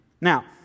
Now